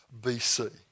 BC